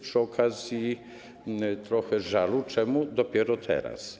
Przy okazji trochę żalu, dlaczego dopiero teraz.